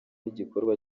igikorwa